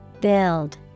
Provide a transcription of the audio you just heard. Build